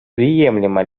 приемлемо